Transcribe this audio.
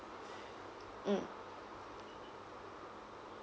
mm